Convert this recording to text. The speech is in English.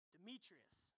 Demetrius